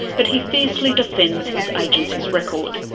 but he fiercely defends his agency's record.